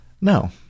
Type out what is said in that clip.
no